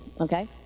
okay